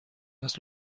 است